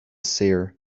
seer